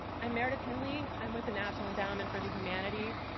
i'm meredith hindley. i'm with the national endowment for the humanities,